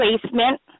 placement